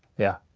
yeah.